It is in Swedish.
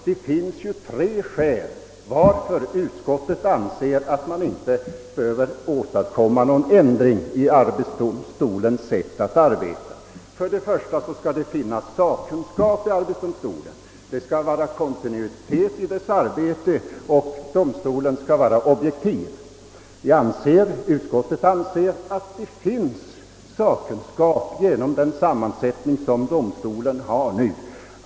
Det finns tre skäl varför utskottet anser att man inte behöver göra någon ändring i arbetsdomstolens sätt att arbeta: det skall finnas sakkunskap i arbetsdomstolen, det skall vara kontinuitet i dess arbete, och domstolen skall vara objektiv. Utskottet anser att det finns sakkunskap garanterad genom den sammansättning domstolen nu har.